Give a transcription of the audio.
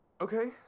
Okay